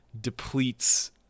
depletes